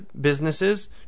businesses